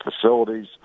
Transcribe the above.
facilities